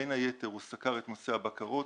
בין היתר הוא סקר את נושא הבקרות,